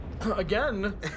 Again